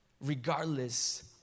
regardless